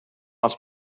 els